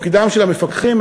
תפקידם של המפקחים,